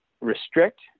restrict